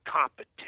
competition